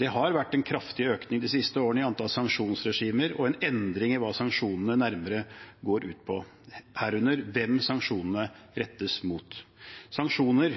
de siste årene vært en kraftig økning i antall sanksjonsregimer og en endring i hva sanksjonene nærmere går ut på, herunder hvem sanksjonene rettes mot. Sanksjoner